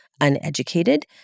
uneducated